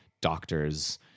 doctors